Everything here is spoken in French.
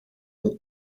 ont